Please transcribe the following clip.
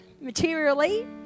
materially